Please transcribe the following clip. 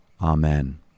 Amen